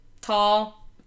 Tall